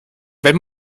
wenn